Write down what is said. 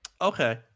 Okay